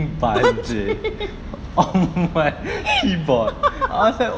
banjir